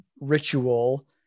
ritual